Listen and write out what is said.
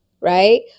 right